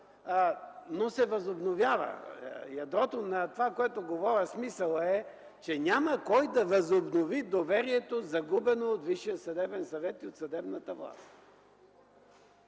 но се възобновява. Ядрото на това, което говоря, смисълът е, че няма кой да възобнови доверието, загубено от Висшия съдебен съвет и от съдебната власт.